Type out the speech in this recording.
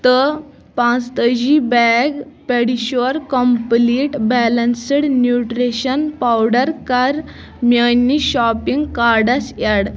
تہٕ پٲنٛژٕتٲجی bag PediaSure complete balanced nutrition powder کَر میٛٲنِس شاپنٛگ کارٹس ایٚڈ